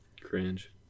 Cringe